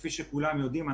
כפי שכולם יודעים,